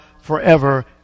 forever